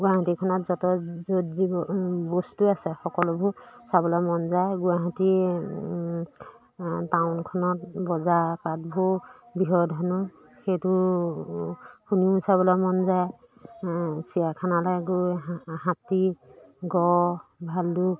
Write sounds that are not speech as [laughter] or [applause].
গুৱাহাটীখনত য'ত য'ত যিব বস্তু আছে সকলোবোৰ চাবলৈ মন যায় গুৱাহাটী টাউনখনত বজাৰ পাঠবোৰ [unintelligible] সেইটো শুনিও চাবলৈ মন যায় চিৰিয়াখানালৈ গৈ হাতী গঁড় ভালুক